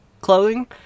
clothing